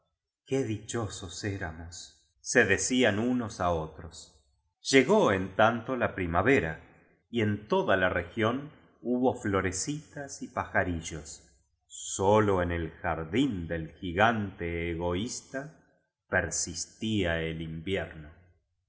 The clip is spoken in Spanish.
qué dichosos éramos se decían unos á otros llegó en tanto la primavera y en toda la región hubo florecitas y pajarillos sólo en el jardín del gigante egoísta persistía el invierno